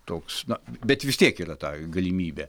toks na bet vis tiek yra tai galimybė